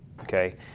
okay